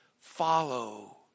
Follow